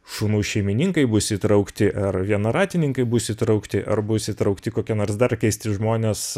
šunų šeimininkai bus įtraukti ar vienratininkai bus įtraukti ar bus įtraukti kokie nors dar keisti žmones